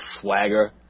swagger